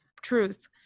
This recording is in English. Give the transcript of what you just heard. truth